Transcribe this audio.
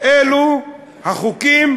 אלו החוקים